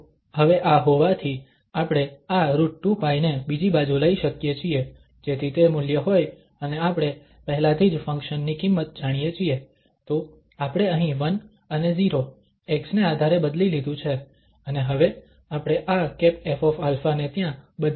તો હવે આ હોવાથી આપણે આ √2π ને બીજી બાજુ લઇ શકીએ છીએ જેથી તે મૂલ્ય હોય અને આપણે પહેલાથી જ ફંક્શન ની કિંમત જાણીએ છીએ તો આપણે અહીં 1 અને 0 x ને આધારે બદલી લીધું છે અને હવે આપણે આ ƒα ને ત્યાં બદલી શકીએ છીએ